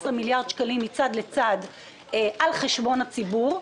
מיליארד שקלים מצד לצד על חשבון הציבור,